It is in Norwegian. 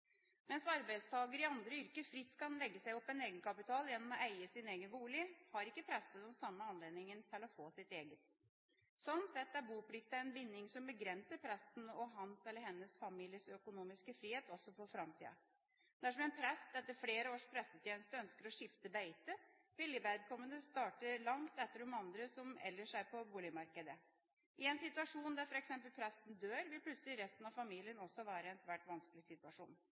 Mens arbeidstakere i andre yrker fritt kan legge seg opp egenkapital gjennom å eie sin egen bolig, har ikke prestene den samme anledning til å få sitt eget. Sånn sett er boplikten en binding som begrenser presten og hans/hennes families økonomiske frihet også for framtida. Dersom en prest etter flere års prestetjeneste ønsker å skifte beite, vil vedkommende starte langt etter de andre som ellers er på boligmarkedet. I en situasjon der f.eks. presten dør, vil plutselig resten av familien også være i en svært vanskelig situasjon.